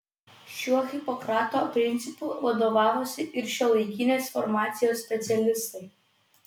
šiuo hipokrato principu vadovavosi ir šiuolaikinės farmacijos specialistai